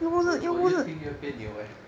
我我越听越别扭 eh